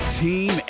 team